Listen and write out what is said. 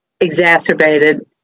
exacerbated